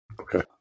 Okay